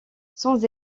sans